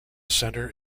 centre